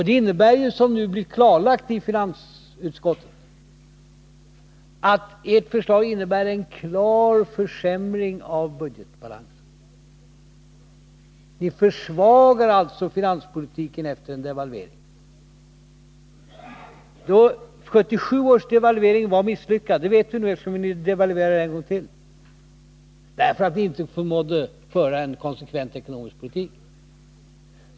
Det innebär ju, vilket nu klarläggs i finansutskottet, att ert förslag medför en klar försämring av budgetbalansen. Ni försvagar alltså finanspolitiken efter en devalvering. 1977 års devalvering var misslyckad — det vet vi nu, eftersom ni devalverade en gång till — därför att ni inte förmådde föra en konsekvent ekonomisk politik.